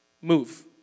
move